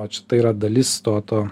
o čia tai yra dalis to to